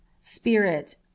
Spirit